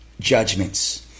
judgments